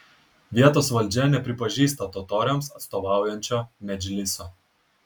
vietos valdžia nepripažįsta totoriams atstovaujančio medžliso